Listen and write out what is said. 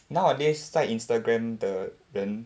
nowadays 在 Instagram 的人